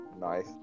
Nice